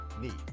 need